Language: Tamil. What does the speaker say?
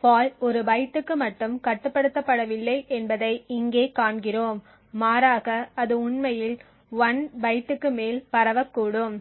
ஃபால்ட் ஒரு பைட்டுக்கு மட்டும் கட்டுப்படுத்தப்படவில்லை என்பதை இங்கே காண்கிறோம் மாறாக அது உண்மையில் 1 பைட்டுக்கு மேல் பரவக்கூடும்